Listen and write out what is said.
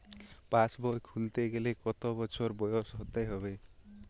পাশবই খুলতে গেলে কত বছর বয়স হতে হবে?